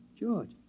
George